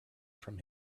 from